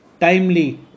Timely